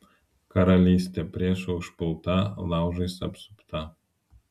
karalystė priešų užpulta laužais apsupta